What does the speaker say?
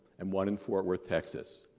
and one in fort worth, texas.